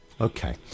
Okay